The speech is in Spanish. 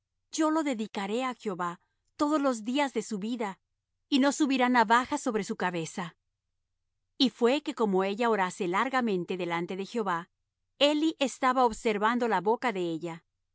yo lo dedicaré á jehová todos los días de su vida y no subirá navaja sobre su cabeza y fué que como ella orase largamente delante de jehová eli estaba observando la boca de ella